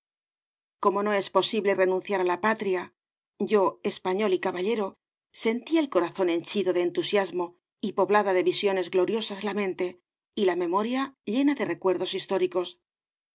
como no es posible renunciar á la patria yo español y caballero sentía el corazón obras de valle inclan henchido de entusiasmo y poblada de visiones gloriosas la mente y la memoria llena de recuerdos históricos